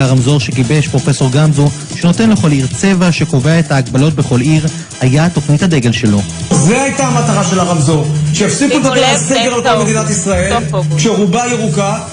שימו לב, זה סוף אוגוסט.